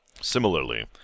Similarly